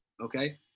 okay